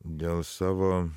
dėl savo